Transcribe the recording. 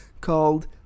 called